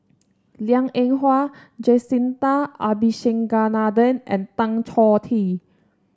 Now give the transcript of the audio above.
Liang Eng Hwa Jacintha Abisheganaden and Tan Choh Tee